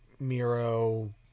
Miro